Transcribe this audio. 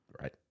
Right